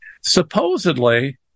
Supposedly